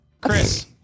Chris